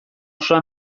osoa